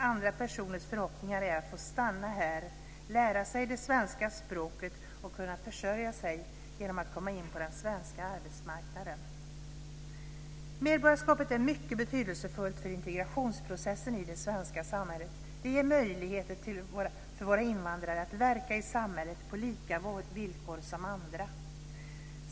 Andra personers förhoppningar är att få stanna här, lära sig det svenska språket och kunna försörja sig genom att komma in på den svenska arbetsmarknaden. Medborgarskapet är mycket betydelsefullt för integrationsprocessen i det svenska samhället. Det ger möjligheter för våra invandrare att verka i samhället på lika villkor som andra.